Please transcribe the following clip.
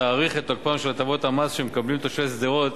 להאריך את תוקפן של הטבות המס שמקבלים תושבי שדרות